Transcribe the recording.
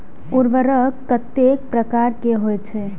उर्वरक कतेक प्रकार के होई छै?